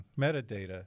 metadata